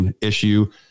issue